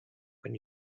when